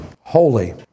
Holy